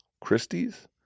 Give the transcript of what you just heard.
Christie's